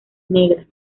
negras